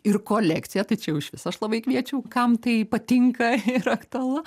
ir kolekciją tai čia jau išvis aš labai kviečiau kam tai patinka ir aktualu